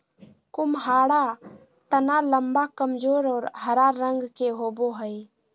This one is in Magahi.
कुम्हाडा तना लम्बा, कमजोर और हरा रंग के होवो हइ